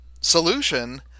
solution